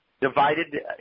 divided